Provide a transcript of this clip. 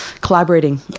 collaborating